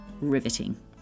riveting